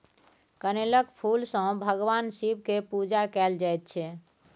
कनेलक फुल सँ भगबान शिब केर पुजा कएल जाइत छै